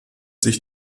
sich